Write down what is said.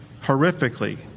horrifically